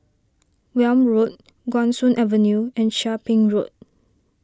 Welm Road Guan Soon Avenue and Chia Ping Road